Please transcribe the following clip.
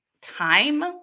time